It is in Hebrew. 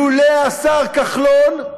לולא השר כחלון,